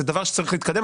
זה דבר שצריך להתקדם,